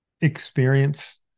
experience